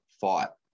fought